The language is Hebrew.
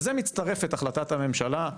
לזה מצטרפת החלטת הממשלה,